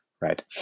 right